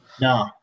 No